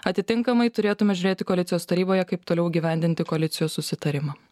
atitinkamai turėtume žiūrėti koalicijos taryboje kaip toliau įgyvendinti koalicijos susitarimą